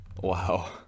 wow